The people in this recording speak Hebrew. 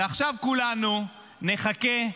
ועכשיו כולנו נחכה,